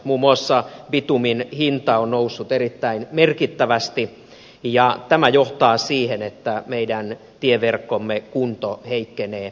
muun muassa bitumin hinta on noussut erittäin merkittävästi ja tämä johtaa siihen että meidän tieverkkomme kunto heikkenee entisestään